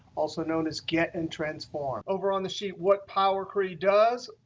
also known as get and transform. over on this sheet, what power query does.